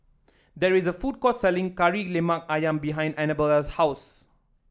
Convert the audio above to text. there is a food court selling Kari Lemak ayam behind Anabella's house